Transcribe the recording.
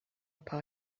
paar